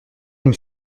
nous